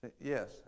Yes